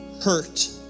hurt